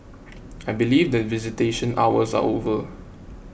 I believe that visitation hours are over